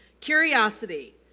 Curiosity